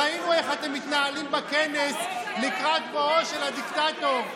ראינו איך אתם מתנהלים בכנס לקראת בואו של הדיקטטור.